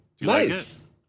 Nice